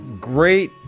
great